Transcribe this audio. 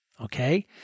Okay